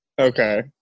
Okay